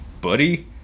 buddy